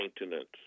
maintenance